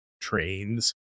trains